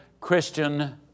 Christian